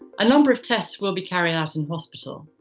a number of tests will be carried out in hospital.